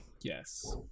Yes